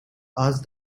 asked